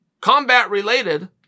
combat-related